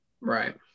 right